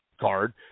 card